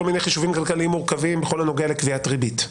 כל מיני חישובים כלכליים מורכבים בכל הנוגע לקביעת ריבית.